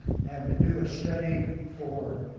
and to do a study for.